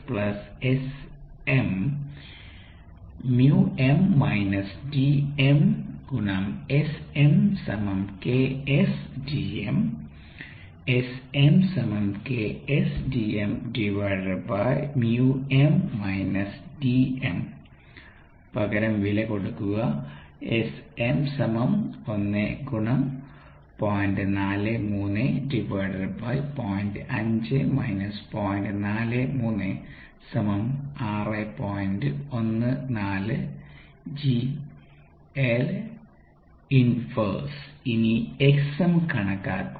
പകരം വില കൊടുക്കുക ഇനി Xm കണക്കാക്കുക